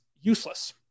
useless